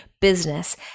business